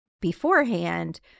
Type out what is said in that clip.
beforehand